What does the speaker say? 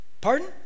Pardon